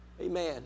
amen